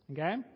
Okay